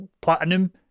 platinum